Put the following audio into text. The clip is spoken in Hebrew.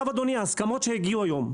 ההסכמות שהגיעו אליהן היום,